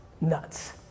nuts